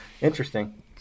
Interesting